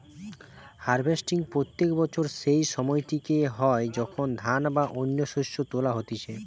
harvesting প্রত্যেক বছর সেই সময়টিতে হয় যখন ধান বা অন্য শস্য তোলা হতিছে